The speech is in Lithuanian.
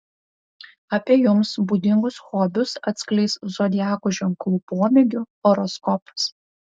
apie jums būdingus hobius atskleis zodiako ženklų pomėgių horoskopas